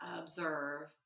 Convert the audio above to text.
observe